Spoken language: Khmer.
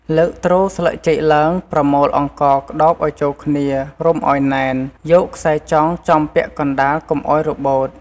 លើកទ្រស្លឹកចេកឡើង ប្រមូលអង្ករក្ដោបឱ្យចូលគ្នា រុំឱ្យណែន យកខ្សែចងចំពាក់កណ្ដាលកុំឱ្យរបូត។